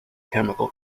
chemical